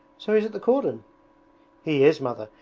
so he's at the cordon he is. mother.